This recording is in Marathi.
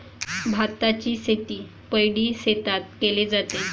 भाताची शेती पैडी शेतात केले जाते